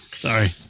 Sorry